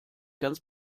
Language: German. ganz